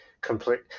complete